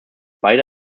beide